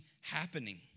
happening